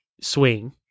swing